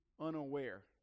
unaware